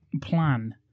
Plan